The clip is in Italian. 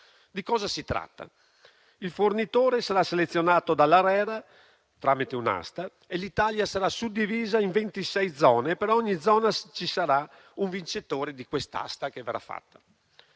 Di cosa si tratta? Il fornitore sarà selezionato dall'ARERA tramite un'asta, l'Italia sarà suddivisa in 26 zone e per ogni zona ci sarà un vincitore di tale asta.